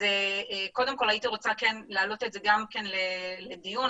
הייתי מבקשת להעלות את זה לדיון,